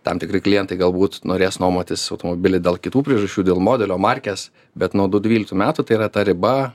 tam tikri klientai galbūt norės nuomotis automobilį dėl kitų priežasčių dėl modelio markės bet nuo du dvyliktų metų tai yra ta riba